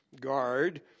guard